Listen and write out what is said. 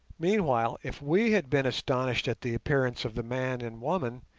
meanwhile, if we had been astonished at the appearance of the man and woman,